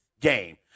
game